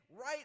right